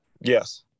Yes